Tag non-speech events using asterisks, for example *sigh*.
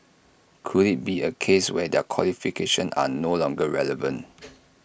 could IT be A case where their qualifications are no longer relevant *noise*